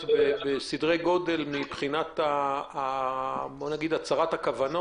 לתקן אותם ולהשלים את המידע אחר כך.